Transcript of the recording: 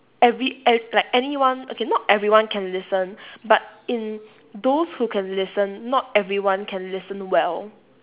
every ev~ like anyone okay not everyone can listen but in those who can listen not everyone can listen well